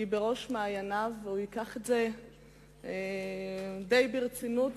הוא בראש מעייניו, והוא ייקח את זה די ברצינות.